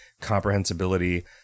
comprehensibility